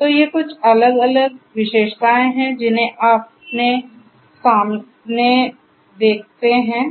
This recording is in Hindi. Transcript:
तो ये कुछ अलग अलग विशेषताएं हैं जिन्हें आप अपने सामने देखते हैं